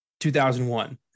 2001